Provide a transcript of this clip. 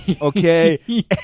Okay